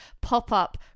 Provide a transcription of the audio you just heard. pop-up